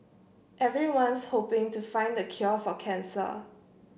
everyone's hoping to find the cure for cancer